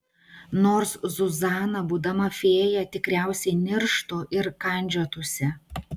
nors zuzana būdama fėja tikriausiai nirštų ir kandžiotųsi